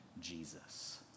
Jesus